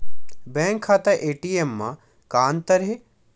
Bank खाता ATM मा का अंतर हे?